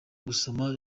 gusoma